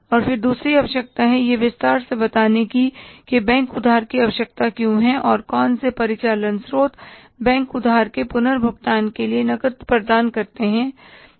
और फिर दूसरी आवश्यकता है यह विस्तार से बताने की कि बैंक उधार की आवश्यकता क्यों है और कौन से परिचालन स्रोत बैंक उधार के पुनर्भुगतान के लिए नकद प्रदान करते हैं सही